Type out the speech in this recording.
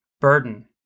burden